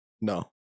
No